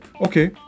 Okay